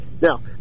Now